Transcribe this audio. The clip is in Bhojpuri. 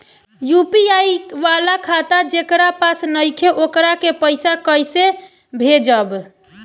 यू.पी.आई वाला खाता जेकरा पास नईखे वोकरा के पईसा कैसे भेजब?